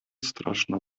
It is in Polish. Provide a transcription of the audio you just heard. straszna